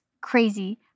crazy